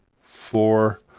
Four